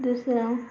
दुसरं